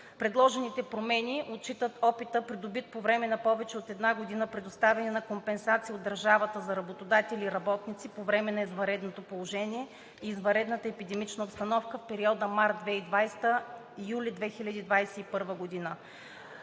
Предложените промени отчитат опита, придобит по време на повече от една година предоставяне на компенсации от държавата за работодатели и работници по време на извънредното положение и извънредната епидемична обстановка в периода март 2020 – юли 2021 г.